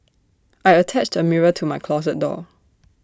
I attached A mirror to my closet door